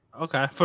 Okay